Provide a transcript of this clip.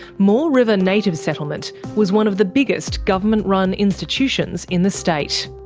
moore river native settlement was one of the biggest government-run institutions in the state.